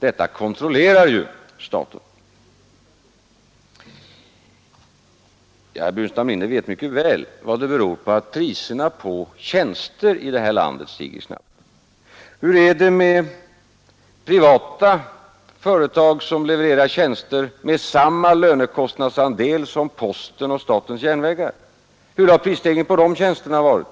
Detta kontrollerar ju staten.” Ja, herr Burenstam Linder vet mycket väl vad det beror på att priserna på tjänster i det här landet stiger snabbt. Hur är det med privata företag som levererar tjänster med samma lönekostnadsandel som posten och statens järnvägar? Hur har prisstegringen på de tjänsterna varit?